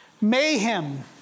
Mayhem